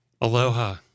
Aloha